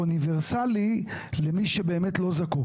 ואוניברסלי למי שבאמת לא זקוק.